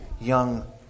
young